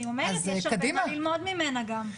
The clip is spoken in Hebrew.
היא אומרת שיש הרבה מה ללמוד ממנה גם.